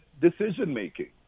decision-making